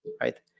right